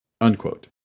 unquote